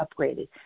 upgraded